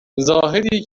زاهدی